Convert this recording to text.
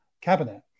cabinet